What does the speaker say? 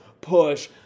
push